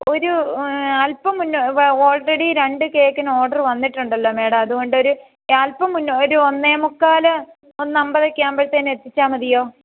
ഒരു അൽപ്പം മുന്നെ ഓൾറെഡി രണ്ട് കേക്കിന് ഓർഡറ് വന്നിട്ടുണ്ടല്ലോ മാഡം അതുകൊണ്ട് ഒരു അൽപ്പം മുന്നേ ഒരു ഒന്നേമുക്കാൽ ഒന്ന് അൻപത് ഒക്കെ ആകുമ്പോഴ്ത്തേന് എത്തിച്ചാൽ മതിയോ